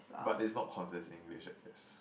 but it's not considered as English I guess